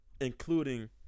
Including